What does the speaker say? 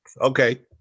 Okay